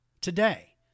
today